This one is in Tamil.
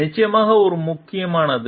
நிச்சயமாக அது முக்கியமானது